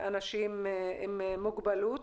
לאנשים עם מוגבלות.